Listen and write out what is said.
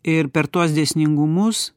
ir per tuos dėsningumus